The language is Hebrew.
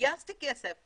גייסתי כסף,